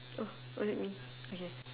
oh was it me okay